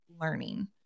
learning